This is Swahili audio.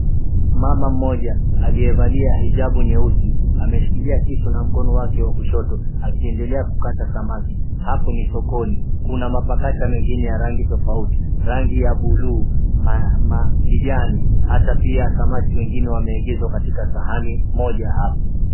Mama mmoja alizalia hijabu nyeusi ameshikilia kisu na mkono wake wa kushoto akiendelea kukatia samaki. Hapo ni sokoni kuna pakacha mengine ya rangi tofauti. Rangi ya buluu, kijani hata pia samaki wengine wameegezwa katika sahani moja hapo.